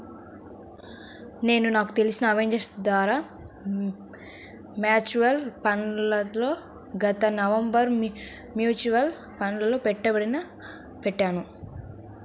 నేను నాకు తెలిసిన అడ్వైజర్ ద్వారా మ్యూచువల్ ఫండ్లలో గత నవంబరులో మ్యూచువల్ ఫండ్లలలో పెట్టుబడి పెట్టాను